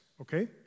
okay